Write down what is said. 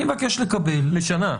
לשנה.